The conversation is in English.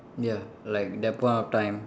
ya like that point of time